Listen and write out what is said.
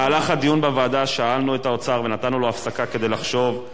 במהלך הדיון בוועדה שאלנו את האוצר ונתנו לו הפסקה כדי לחשוב.